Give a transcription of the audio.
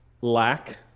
lack